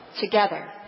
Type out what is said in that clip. together